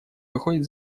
выходит